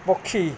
ପକ୍ଷୀ